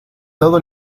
todo